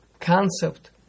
concept